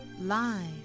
live